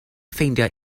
ffeindio